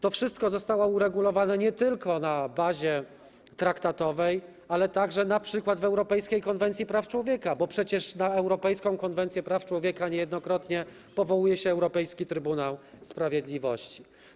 To wszystko zostało uregulowane nie tylko na bazie traktatowej, ale także np. w europejskiej konwencji praw człowieka, bo przecież na europejską konwencję praw człowieka niejednokrotnie powołuje się europejski trybunał sprawiedliwości.